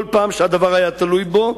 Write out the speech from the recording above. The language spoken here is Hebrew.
כל פעם שהדבר היה תלוי בו,